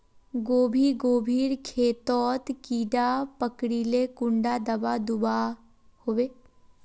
गोभी गोभिर खेतोत कीड़ा पकरिले कुंडा दाबा दुआहोबे?